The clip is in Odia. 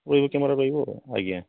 ରହିବ କ୍ୟାମେରା ରହିବ ଆଜ୍ଞା